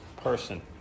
person